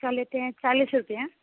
उसका लेते हैं चालीस रुपये